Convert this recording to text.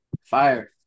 Fire